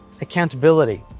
accountability